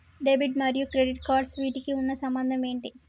Debit మరియు credit cards వీటికి ఉన్న సంబంధం ఏంటి?